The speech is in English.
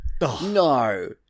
no